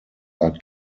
are